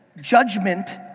Judgment